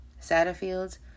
Satterfield's